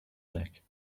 neck